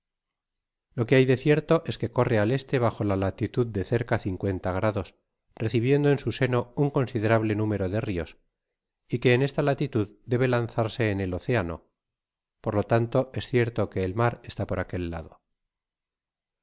lo que hay de cierto es que corre al este bajo la latitud de cerca cincuenta grados recibiendo en sü seno un considerable número de rios y que en esta latitud debe lanzarse en el océano por lo tanto es cierto que el mar está por aquel lado